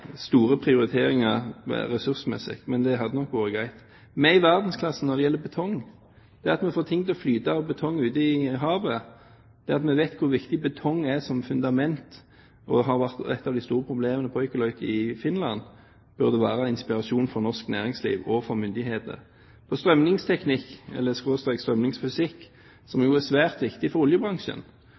store prioriteringer ressursmessig, men det hadde nok vært greit. Vi er i verdensklasse når det gjelder betong. Det at vi får ting av betong til å flyte ute i havet, det at vi vet hvor viktig betong er som fundament – noe som har vært et av de store problemene på Olkilouto i Finland – burde være en inspirasjon for norsk næringsliv og for myndighetene. Strømningsteknikk/strømningsfysikk er jo svært viktig for oljebransjen.